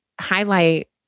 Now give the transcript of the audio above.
highlight